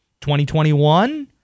2021